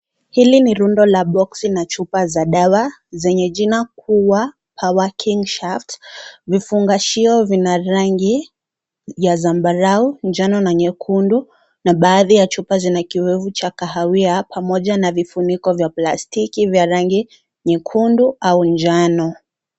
Hili ni rundo la boxi na chupa za dawa zenye jina kuwa power king shaft ,vifungashio vina rangi ya zambarao, njano na nyekundu na baadhi za chupa zina kiyoevu cha kahawia pamoja na vifuniko vya plastiki vya rangi nyekundu au njano.